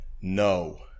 No